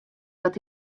wat